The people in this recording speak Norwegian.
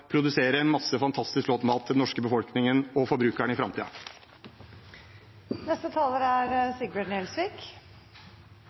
produserer en masse fantastisk flott mat til den norske befolkningen og forbrukerne i framtiden. Statsråd Hoksrud har selvsagt rett i at i et statsbudsjett er